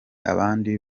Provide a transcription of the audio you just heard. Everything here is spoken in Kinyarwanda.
abandi